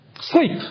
Sleep